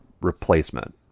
replacement